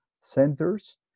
centers